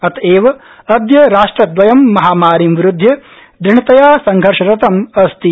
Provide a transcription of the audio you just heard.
अतएव अद्य राष्ट्रदवयम् महामारीं विरूदध्य दृढ़तया संघर्षरतम् अस्ति